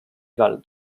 igal